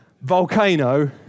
volcano